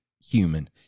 Human